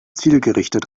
zielgerichtet